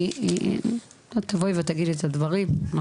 את תבואי ותגידי את הדברים.